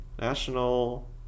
National